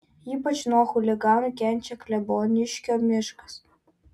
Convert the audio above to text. ypač nuo chuliganų kenčia kleboniškio miškas